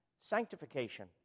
Sanctification